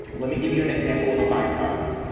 let me give you an example of a byproduct.